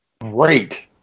great